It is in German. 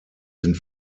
sind